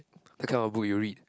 that kind of book you read